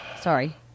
Sorry